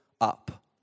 up